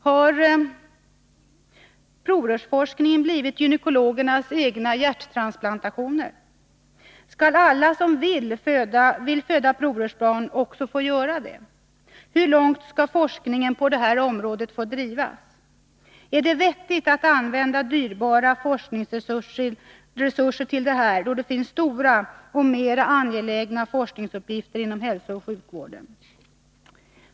Har provrörsforskningen blivit gynekologernas egna hjärttransplantationer? Skall alla som vill föda provrörsbarn också få göra det? Hur långt skall forskningen på detta område få drivas? Är det vettigt att använda dyrbara forskningsresurser till detta, då det finns stora och mer angelägna forskningsuppgifter inom hälsooch sjukvården?